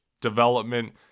development